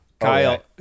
Kyle